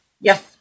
Yes